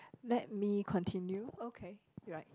let me continue okay right